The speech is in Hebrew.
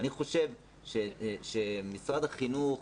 אני חושב שמשרד החינוך,